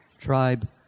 tribe